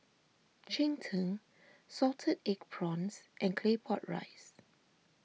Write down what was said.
Cheng Tng Salted Egg Prawns and Claypot Rice